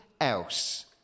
else